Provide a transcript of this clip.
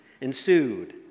ensued